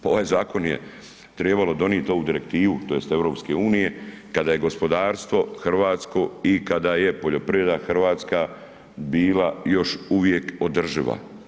Pa ovaj zakon je trebalo donijeti, ovu direktivu EU kada je gospodarstvo hrvatsko i kada je poljoprivreda hrvatska bila još uvijek održiva.